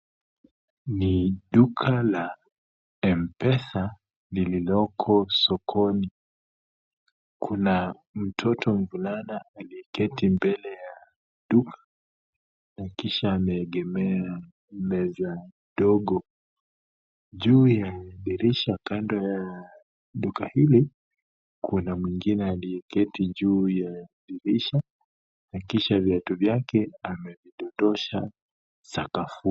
Ni duka la Mpesa lililoko sokoni, kuna mtoto mvulana aliyeketi mbele ya duka na kisha ameegemea meza ndogo, juu ya dirisha kando ya duka hili, kuna mwingine aliyeketi juu ya dirisha na kisha viatu vyake amevidondosha sakafuni.